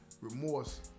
remorse